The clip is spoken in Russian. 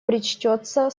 причтется